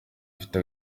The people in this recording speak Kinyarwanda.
ifite